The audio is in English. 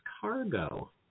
Cargo